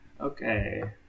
Okay